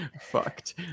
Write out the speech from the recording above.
fucked